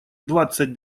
двадцать